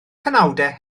penawdau